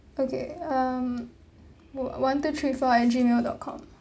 okay um one two three four at gmail dot com